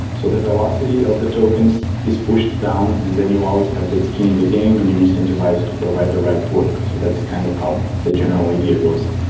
so the velocity of the tokens is pushed down and then you always have that skin in the game and you're incentivize to provide the right work. so that's kind of how the general idea goes.